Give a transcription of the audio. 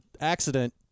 accident